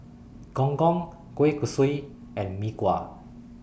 Gong Gong Kueh Kosui and Mee Kuah